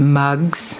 mugs